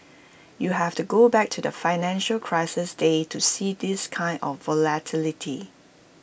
you have to go back to the financial crisis days to see this kind of volatility